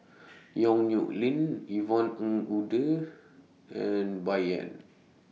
Yong Nyuk Lin Yvonne Ng Uhde and Bai Yan